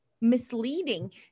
misleading